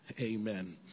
amen